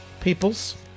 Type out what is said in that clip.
peoples